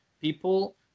people